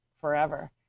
forever